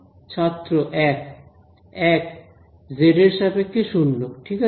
ছাত্র 1 1 জেড এর সাপেক্ষে 0 ঠিক আছে